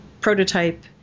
prototype